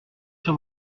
sur